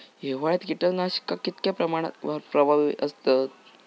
हिवाळ्यात कीटकनाशका कीतक्या प्रमाणात प्रभावी असतत?